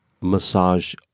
massage